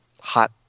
hot